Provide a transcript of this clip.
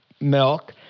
milk